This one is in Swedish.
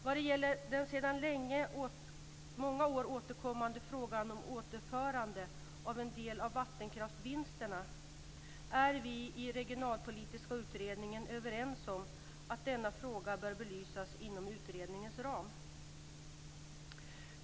Vad gäller den sedan många år återkommande frågan om återförande av en del av vattenkraftsvinsterna är vi i Regionalpolitiska utredningen överens om att denna fråga bör belysas inom utredningens ram.